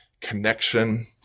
connection